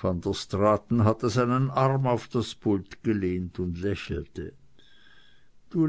van der straaten hatte seinen arm auf das pult gelehnt und lächelte